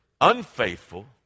unfaithful